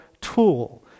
tool